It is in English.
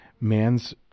man's